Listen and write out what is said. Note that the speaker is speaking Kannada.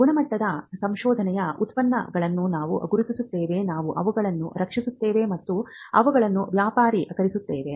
ಗುಣಮಟ್ಟದ ಸಂಶೋಧನೆಯ ಉತ್ಪನ್ನಗಳನ್ನು ನಾವು ಗುರುತಿಸುತ್ತೇವೆ ನಾವು ಅವುಗಳನ್ನು ರಕ್ಷಿಸುತ್ತೇವೆ ಮತ್ತು ಅವುಗಳನ್ನು ವ್ಯಾಪಾರೀಕರಿಸುತ್ತೇವೆ